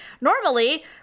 Normally